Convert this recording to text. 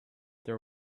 there